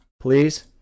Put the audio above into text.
please